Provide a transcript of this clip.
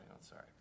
sorry